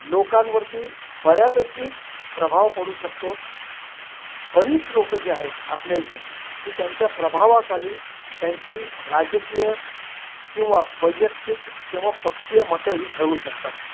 लोकांवरती बऱ्यापैकी प्रभाव पडू शकतो बरीच लोकं जे आहेत आपल्या इथे की त्यांच्या प्रभावाखाली त्यांची राजकीय किंवा वैयक्तिक किंवा पक्षीय मतंही ठरवू शकतात